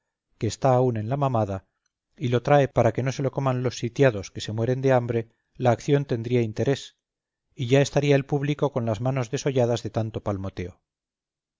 que está aún en la mamada y lo trae para que no se lo coman los sitiados que se mueren de hambre la acción tendría interés y ya estaría el público con las manos desolladas de tanto palmoteo